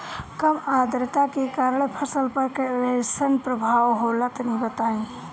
कम आद्रता के कारण फसल पर कैसन प्रभाव होला तनी बताई?